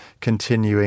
continuing